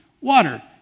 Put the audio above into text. water